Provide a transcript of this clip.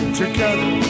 together